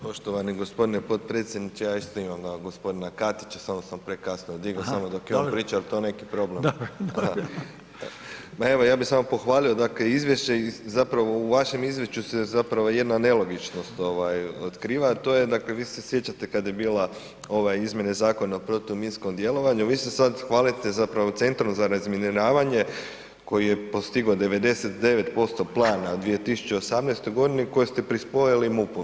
Poštovani gospodine potpredsjedniče, ja isto imam na gospodina Katića, samo sam prekasno digao, samo dok je on pričao, je li to neki problem? [[Upadica Reiner: Dobro, dobro.]] Ma evo ja bih samo pohvalio dakle izvješće i zapravo u vašem izvješću se zapravo jedna nelogičnost otkriva a to je dakle vi se sjećate kada je bila ove Izmjene zakona o protuminskom djelovanju, vi se sad hvalite zapravo centrom za razminiravanje koji je postigao 99% plana u 2018. godini i koji ste prispojili MUP-u.